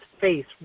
face